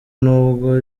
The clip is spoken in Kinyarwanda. n’ubwo